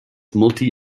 multi